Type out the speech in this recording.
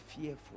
fearful